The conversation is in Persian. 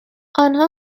آنها